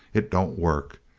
it don't work.